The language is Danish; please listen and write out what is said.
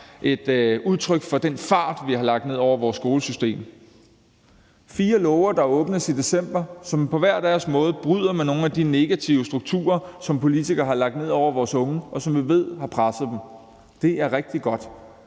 et udtryk for den fart, vi har lagt ned over vores skolesystem. Det er fire låger, der åbnes i december, og som på hver deres måde bryder med nogle af de negative strukturer, som politikere har lagt ned over vores unge, og som vi ved har presset dem. Det er rigtig godt.